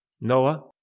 Noah